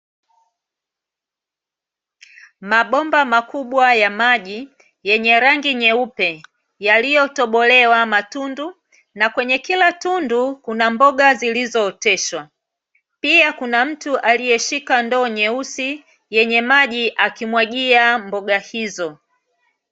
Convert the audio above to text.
Mabomba makubwa ya maji yenye rangi nyeupe yaliyotobolewa matundu, na kwenye kila tundu kuna mboga zilizooteshwa. Pia kuna mtu aliyeshika ndoo nyeusi yenye maji akimwagia mboga hizo.